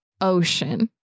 Ocean